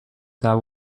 that